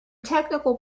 technical